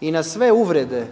i na sve uvrede,